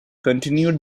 continued